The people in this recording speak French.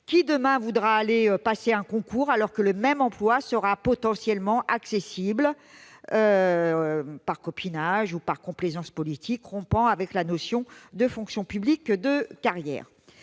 Qui, demain, voudra passer un concours, alors que le même emploi sera potentiellement accessible par copinage ou complaisance politique, rompant ainsi avec la notion d'une fonction publique de carrière